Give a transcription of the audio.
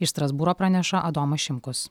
iš strasbūro praneša adomas šimkus